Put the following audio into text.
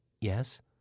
Yes